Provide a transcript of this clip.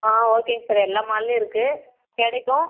ஆ ஓகேங்க சார் எல்லா மால்லையும் இருக்குது கிடைக்கும்